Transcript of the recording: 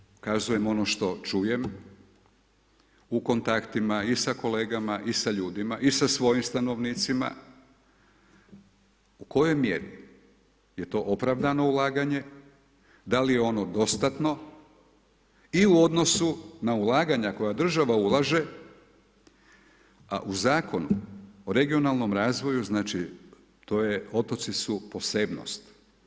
Ono što je, kazujem ono što čujem, u kontaktima, i sa kolegama, i sa ljudima, i sa svojim stanovnicima, u kojoj mjeri je to opravdano ulaganje, da li je ono dostatno i u odnosnu na ulaganja koja država ulaže, a u Zakonu o regionalnom razvoju, znači, to je, otoci su posebnost.